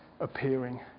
appearing